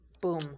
Boom